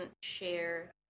share